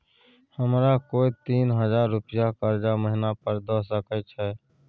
हमरा कोय तीन हजार रुपिया कर्जा महिना पर द सके छै?